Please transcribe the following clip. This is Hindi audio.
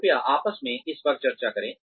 कृपया आपस में इस पर चर्चा करें